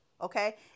Okay